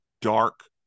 dark